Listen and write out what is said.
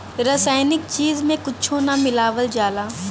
रासायनिक चीज में कुच्छो ना मिलावल जाला